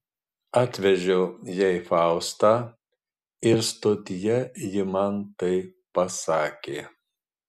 atvežiau jai faustą ir stotyje ji man tai pasakė